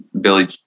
Billy